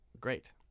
great